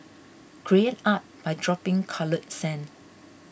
create art by dropping coloured sand